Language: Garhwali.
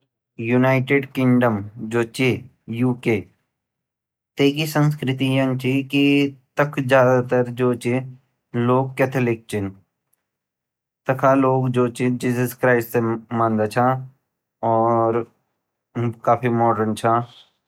यूनाइटेड किंगडम जू ची यू. के तेगी संस्कृति यन ची की ताख ज़्यादातर लोग जु छिन काथलिक छिन ताखा लोग जू ची जीसस क्रिस्ट ते मदादा छा और काफी मोर्डर्न छा।